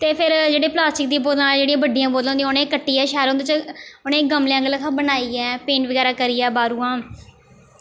ते फिर जेह्ड़ियां प्लॉस्टिक दियांं बोतलां जेह्ड़ियां बड्डियां बोतलां होंदियां उ'नेंगी कट्टियै शैल उं'दे च उ'नेंगी गमलें आंह्गर बनाइयै पेंट बगैरा करियै बाहरुआं